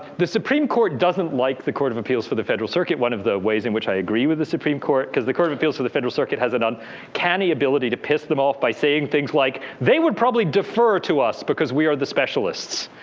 the supreme court doesn't like the court of appeals for the federal circuit. one of the ways in which i agree with the supreme court. because the court of appeals for the federal circuit has an and uncanny ability to piss them off by saying things like, they would probably defer to us because we are the specialists.